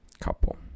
couple